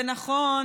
ונכון,